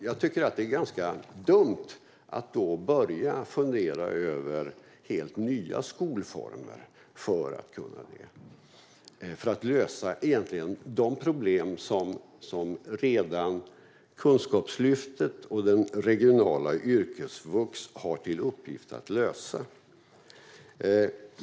Jag tycker att det är ganska dumt att då börja fundera över helt nya skolformer för att kunna lösa de problem som egentligen Kunskapslyftet och regionalt yrkesvux har till uppgift att lösa.